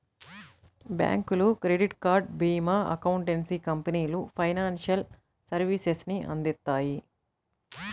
బ్యాంకులు, credit card, భీమా, accountancy కంపెనీలు ఫైనాన్షియల్ సర్వీసెస్ ని అందిత్తాయి